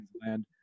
land